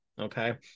Okay